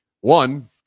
One